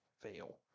fail